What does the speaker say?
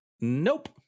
Nope